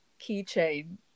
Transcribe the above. keychain